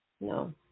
no